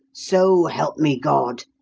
so help me god!